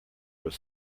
was